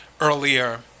earlier